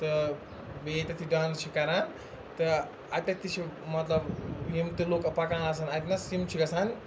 تہٕ بیٚیہِ ییٚتٮ۪تھ یہِ ڈانٕس چھِ کَران تہٕ اَتٮ۪تھ تہِ چھِ مطلب یِم تہِ لُکھ پَکان آسان اَتہِ نَس یِم چھِ گَژھان